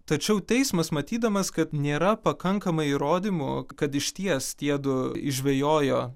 tačiau teismas matydamas kad nėra pakankamai įrodymų kad išties tiedu žvejojo